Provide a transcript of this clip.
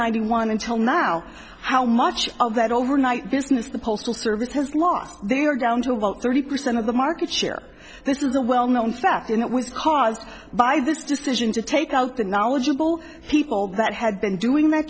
hundred one until now how much of that overnight business the postal service has lost they were down to about thirty percent of the market share this is a well known fact and it was caused by this decision to take out the knowledgeable people that had been doing th